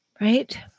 Right